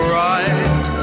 right